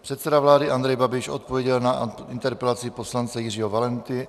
Předseda vlády Andrej Babiš odpověděl na interpelaci poslance Jiřího Valenty...